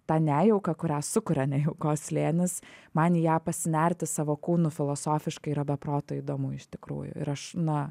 tą nejaukią kurią sukuria nejaukos slėnis man į ją pasinerti savo kūnu filosofiškai yra be proto įdomu iš tikrųjų ir aš na